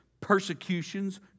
persecutions